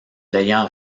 l’ayant